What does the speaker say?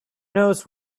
knows